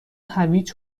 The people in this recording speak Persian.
هویج